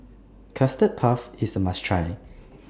Custard Puff IS A must Try